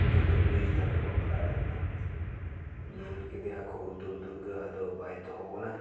ᱡᱚᱛᱚ ᱵᱤᱨ ᱵᱟᱠᱚ ᱫᱟᱲᱮ ᱞᱮᱱᱟ ᱧᱮᱞ ᱠᱮᱫᱮᱭᱟᱠᱚ ᱦᱩᱫᱩᱲ ᱫᱩᱨᱜᱟᱹ ᱟᱫᱚ ᱵᱟᱭ ᱫᱚᱦᱚ ᱵᱚᱱᱟ